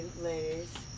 ladies